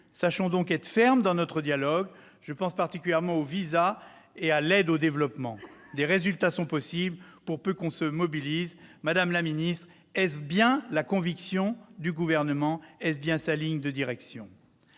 Sachons donc être fermes dans notre dialogue -je pense particulièrement aux visas et à l'aide au développement. Des résultats sont possibles pour peu que l'on se mobilise. Madame la ministre, est-ce bien la conviction du Gouvernement ? Est-ce bien sa ligne de direction ?